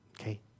okay